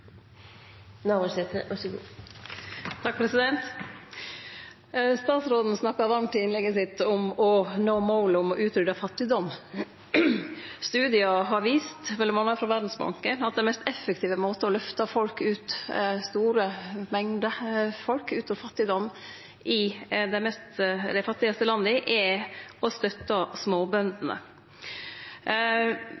Statsråden snakka varmt i innlegget sitt om å nå målet om å utrydje fattigdom. Studiar, m.a. frå Verdsbanken, har vist at den mest effektive måten å løfte store mengder folk i dei mest fattige landa ut av fattigdom på er å støtte